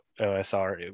OSR